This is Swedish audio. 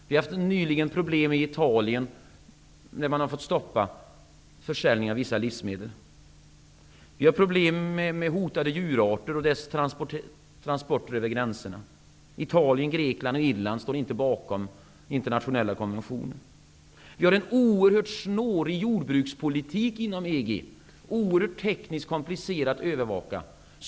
Man har nyligen haft problem i Italien, där man har fått stoppa försäljningen av vissa livsmedel. Vi får problem med hotade djurarter och transporter över gränserna. Italien, Grekland och Irland står inte bakom internationella konventioner. Man har en oerhört snårig jordbrukspolitik inom EG, oerhört tekniskt komplicerad att övervaka.